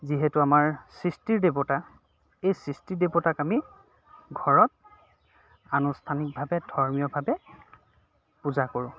যিহেতু আমাৰ সৃষ্টিৰ দেৱতা এই সৃষ্টি দেৱতাক আমি ঘৰত আনুষ্ঠানিকভাৱে ধৰ্মীয়ভাৱে পূজা কৰোঁ